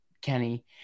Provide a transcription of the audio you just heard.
Kenny